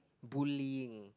bullying